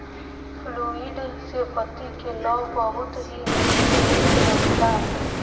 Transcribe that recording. fluid से बत्ती के लौं बहुत ही धीमे धीमे जलता